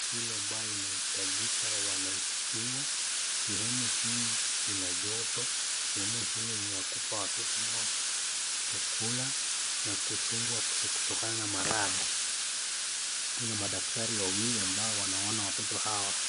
kilo ambaye inahitajika wanaifadhiwa. Sehemu hili ina joto, sehemu hili ni ya kuwapa watoto hawa viakula na kuchungwa kutokana na maradhi. Kuna madaktari wawili ambao wanaona watoto hawa.